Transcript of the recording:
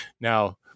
Now